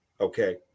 Okay